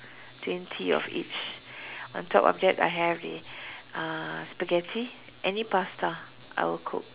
twenty or each on top of that I have the uh spaghetti any pasta I will cook